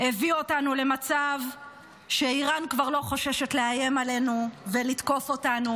הביא אותנו למצב שאיראן כבר לא חוששת לאיים עלינו ולתקוף אותנו.